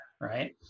right